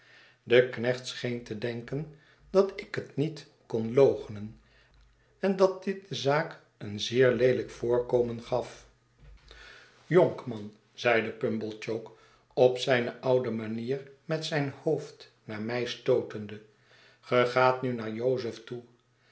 de knecht scheen te denken dat ik het niet kon loochenen en dat dit de zaak een zeer leelijk voorkomen gaf jonkman zeide pumblechook op z'yne oude manier met zijn hoofd naar mij stootende ge gaat nil naar jozef toe